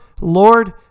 Lord